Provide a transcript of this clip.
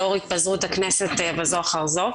לאור התפזרות הכנסת בזו אחר זו,